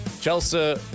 Chelsea